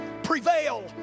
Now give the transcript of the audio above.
prevail